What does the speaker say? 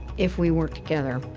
if we work together,